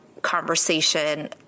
conversation